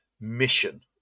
mission